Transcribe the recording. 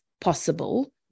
possible